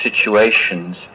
situations